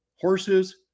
Horses